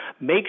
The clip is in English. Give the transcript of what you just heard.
Make